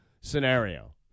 scenario